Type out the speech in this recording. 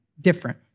different